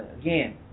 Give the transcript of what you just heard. again